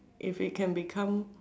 if it can become